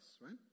right